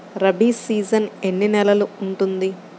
Rabi season ఎన్ని నెలలు ఉంటుంది?